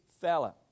fella